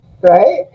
Right